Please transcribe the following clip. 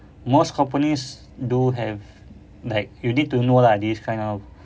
most companies do have like you need to know lah this kind of